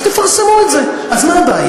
אז תפרסמו את זה, אז מה הבעיה?